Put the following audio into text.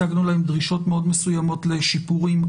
הצגנו להם דרישות מאוד מסוימות לשיפורים,